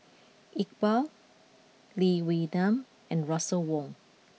Iqbal Lee Wee Nam and Russel Wong